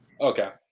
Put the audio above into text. Okay